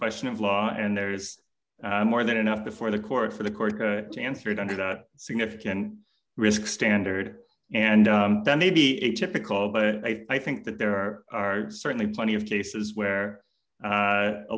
question of law and there is more than enough before the court for the court to answer it under that significant risk standard and that may be atypical but i think that there are certainly plenty of cases where